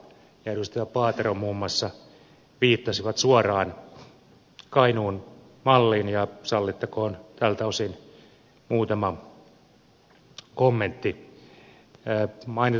paatero muun muassa viittasivat suoraan kainuun malliin ja sallittakoon tältä osin muutama kommentti